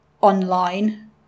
online